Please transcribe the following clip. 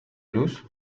luz